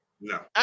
No